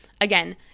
again